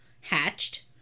hatched